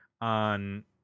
on